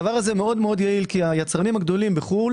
זה מאוד יעיל כי היצרנים הגדולים בחו"ל